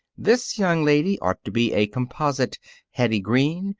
this young lady ought to be a composite hetty green,